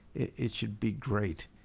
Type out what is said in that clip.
it should be great.